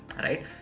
Right